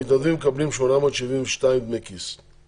המתנדבים מקבלים 872 שקלים דמי כיס.